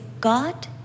God